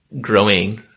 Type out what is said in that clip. growing